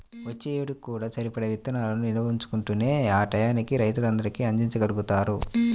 వచ్చే ఏడుకి కూడా సరిపడా ఇత్తనాలను నిల్వ ఉంచుకుంటేనే ఆ టైయ్యానికి రైతులందరికీ అందిచ్చగలుగుతారు